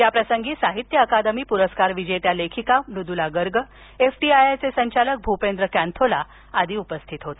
याप्रसंगी साहित्य अकादमी पुरस्कार विजेत्या लेखिका मृद्रला गर्ग एफटीआयआयचे संचालक भूपेंद्र कॅन्थोला आदी उपस्थित होते